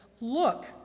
Look